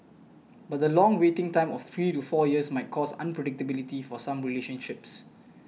but the long waiting time of three to four years might cause unpredictability for some relationships